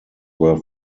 were